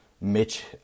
Mitch